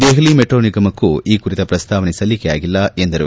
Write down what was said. Delhi metro ನಿಗಮಕ್ಕೂ ಈ ಕುರಿತ ಪ್ರಸ್ತಾವನೆ ಸಲ್ಲಿಕೆಯಾಗಿಲ್ಲ ಎಂದರು